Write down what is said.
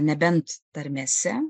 nebent tarmėse